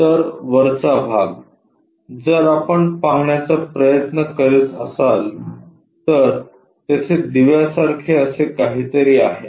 तर वरचा भाग जर आपण पाहण्याचा प्रयत्न करीत असाल तर येथे दिव्यासारखे असे काहीतरी आहे